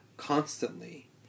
constantly